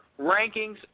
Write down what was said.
rankings